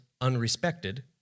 unrespected